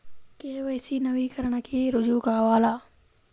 KYC నవీకరణకి రుజువు కావాలా?